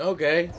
Okay